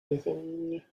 anything